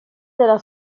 della